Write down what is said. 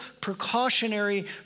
precautionary